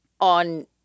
on